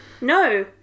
No